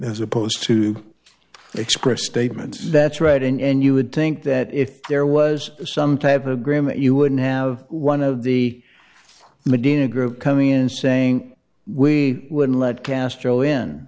as opposed to express statement that's right and you would think that if there was some type of agreement you wouldn't have one of the medina group coming in and saying we would let castro in